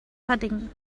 pudding